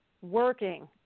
working